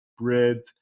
bread